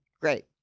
Great